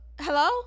Hello